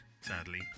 sadly